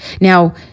Now